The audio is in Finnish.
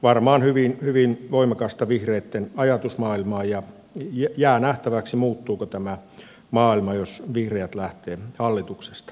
varmaan hyvin voimakasta vihreitten ajatusmaailmaa ja jää nähtäväksi muuttuuko tämä maailma jos vihreät lähtee hallituksesta